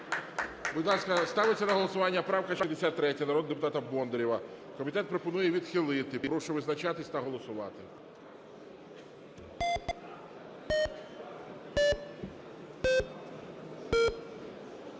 ГОЛОВУЮЧИЙ. Ставиться на голосування правка 61 народного депутата Бондарєва. Комітет пропонує її відхилити. Прошу визначатись та голосувати.